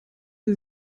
sie